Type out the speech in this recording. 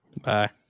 Bye